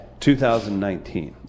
2019